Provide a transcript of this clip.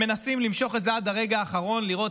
הם מנסים למשוך את זה עד הרגע האחרון לראות